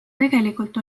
tegelikult